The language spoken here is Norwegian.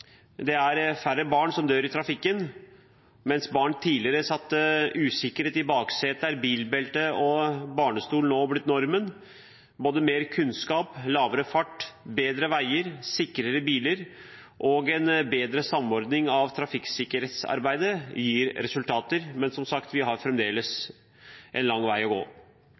Det er færre barn som dør i trafikken. Mens barn tidligere satt usikret i baksetet, er bilbelte og barnestol nå blitt normen. Både mer kunnskap, lavere fart, bedre veier, sikrere biler og en bedre samordning av trafikksikkerhetsarbeidet gir resultater. Men, som sagt, vi har fremdeles en lang vei å gå.